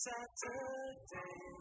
Saturday